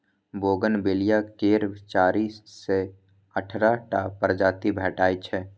bougainvillea केर चारि सँ अठारह टा प्रजाति भेटै छै